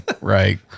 right